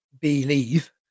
Believe